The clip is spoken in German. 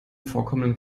vorkommenden